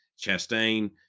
Chastain